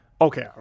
Okay